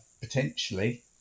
potentially